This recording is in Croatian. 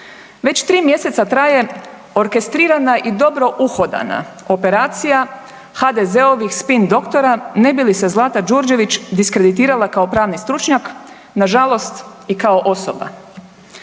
Već tri mjeseca traje orkestrirana i dobro uhodana operacija HDZ-ovih spin doktora, ne bi li se Zlata Đurđević diskreditirala kao pravni stručnjak, nažalost i kao osoba.